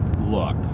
look